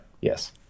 Yes